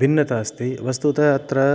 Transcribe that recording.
भिन्नता अस्ति वस्तुतः अत्र